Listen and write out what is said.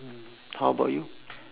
mm how about you